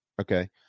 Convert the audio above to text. Okay